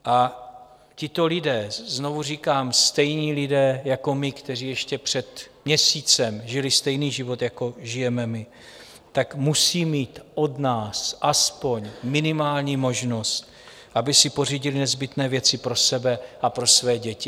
A tito lidé znovu říkám, stejní lidé jako my, kteří ještě před měsícem žili stejný život, jako žijeme my musí mít od nás aspoň minimální možnost, aby si pořídili nezbytné věci pro sebe a pro své děti.